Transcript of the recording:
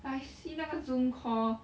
I see 那个 Zoom call